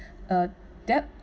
uh that